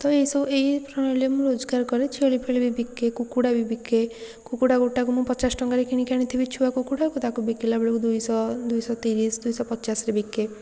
ତ ଏଇସବୁ ଏଇ ପ୍ରଣାଳୀରେ ମୁଁ ମୋର ରୋଜଗାର କରେ ଛେଳିଫେଳି ବି ବିକେ କୁକୁଡ଼ା ବି ବିକେ କୁକୁଡ଼ା ଗୋଟାକୁ ମୁଁ କିଣିକି ଆଣିଥିବି ପଚାଶ ଟଙ୍କାରେ ଛୁଆ କୁକୁଡ଼ାକୁ ତାକୁ ବିକିଲା ବେଳକୁ ଦୁଇଶହ ଦୁଇଶହ ତିରିଶ ଦୁଇଶହ ପଚାଶରେ ବିକେ